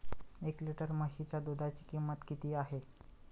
एक लिटर म्हशीच्या दुधाची किंमत किती आहे?